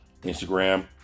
Instagram